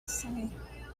say